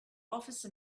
office